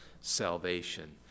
salvation